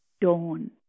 Dawn